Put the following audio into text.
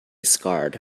scarred